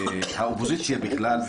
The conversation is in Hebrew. האופוזיציה בכלל,